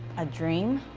a dream